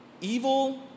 Evil